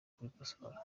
kubikosora